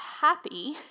happy